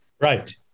Right